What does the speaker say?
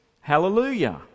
hallelujah